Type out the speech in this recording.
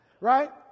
right